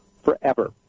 forever